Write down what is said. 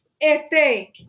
este